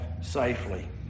safely